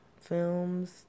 films